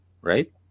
right